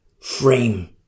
frame